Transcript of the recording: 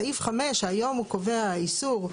סעיף 5 שהיום הוא קובע איסור,